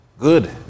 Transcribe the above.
Good